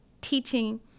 teaching